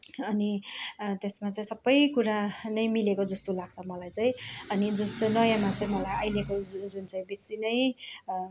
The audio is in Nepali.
अनि त्यसमा चाहिँ सबै कुरा नै मिलेको जस्तो लाग्छ मलाई चाहिँ अनि जो चाहिँ नयाँमा चाहिँ मलाई अहिलेको जुन जुन चाहिँ बेसी नै